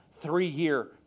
three-year